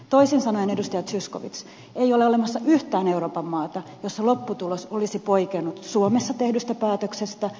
toisin sanoen edustaja zyskowicz ei ole olemassa yhtään euroopan maata jossa lopputulos olisi poikennut suomessa tehdyssä päätöksestä